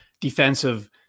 defensive